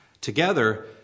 Together